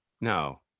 No